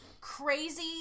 Crazy